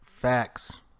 facts